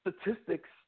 statistics